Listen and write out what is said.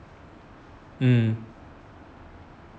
mm